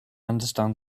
understand